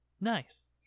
Nice